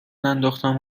ننداختم